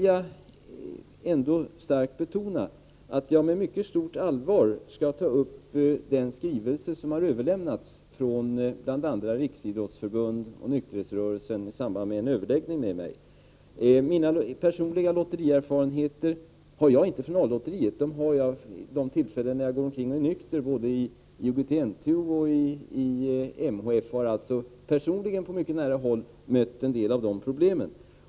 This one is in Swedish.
Jag vill betona att jag med mycket stort allvar skall ta upp den skrivelse som överlämnats från bl.a. Riksidrottsförbundet och nykterhetsrörelsen i samband med en överläggning med mig. Mina personliga lotterierfarenheter har jag inte från A-lotteriet, utan från de tillfällen då jag är ”nykter” —i IOGT-NTO och MHF. Jag har personligen på mycket nära håll mött en del av problemen.